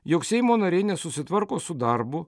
jog seimo nariai nesusitvarko su darbu